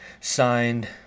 signed